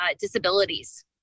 disabilities